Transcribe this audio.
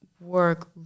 work